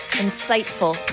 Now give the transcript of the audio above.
insightful